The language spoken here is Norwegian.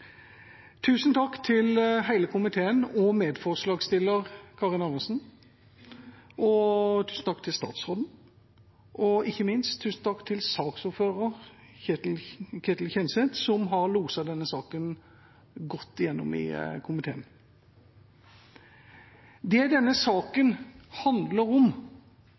Tusen takk til hele komiteen og medforslagsstiller Karin Andersen, tusen takk til statsråden og ikke minst tusen takk til saksordføreren, Ketil Kjenseth, som har loset denne saken godt igjennom komiteen. Det denne saken handler om,